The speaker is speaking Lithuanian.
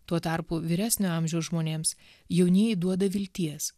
tuo tarpu vyresnio amžiaus žmonėms jaunieji duoda vilties